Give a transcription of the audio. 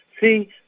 See